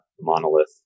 monolith